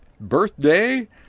birthday